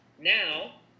now